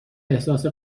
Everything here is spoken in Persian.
احساس